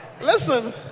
Listen